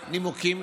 מהנימוקים,